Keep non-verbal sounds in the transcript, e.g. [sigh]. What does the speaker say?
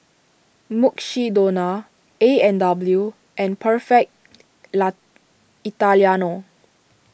Mukshidonna A and W and Perfect [unintelligible] Italiano